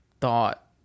thought